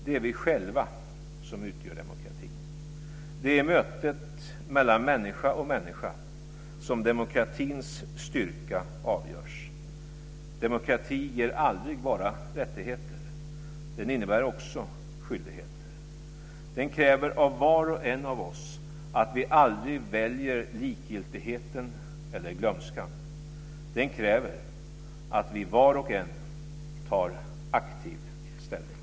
Det är vi själva som utgör demokratin. Det är i mötet mellan människa och människa som demokratins styrka avgörs. Demokratin ger aldrig bara rättigheter. Den innebär också skyldigheter. Den kräver av var och en av oss att vi aldrig väljer likgiltigheten eller glömskan. Den kräver att vi var och en tar aktiv ställning.